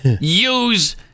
Use